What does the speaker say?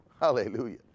Hallelujah